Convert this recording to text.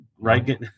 Right